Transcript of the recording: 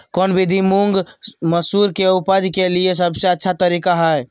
कौन विधि मुंग, मसूर के उपज के लिए सबसे अच्छा तरीका है?